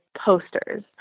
posters